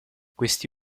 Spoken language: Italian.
questi